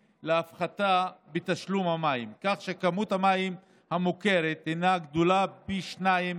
להפחתה בתשלום המים כך שכמות המים המוכרת גדולה פי שניים